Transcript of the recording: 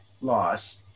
loss